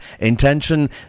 Intention